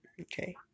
Okay